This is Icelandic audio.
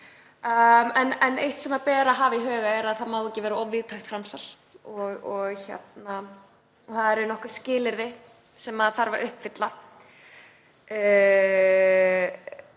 Eitt sem ber að hafa í huga er að það má ekki vera of víðtækt framsal og það eru nokkur skilyrði sem þarf að uppfylla.